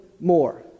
more